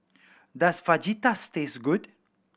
does Fajitas taste good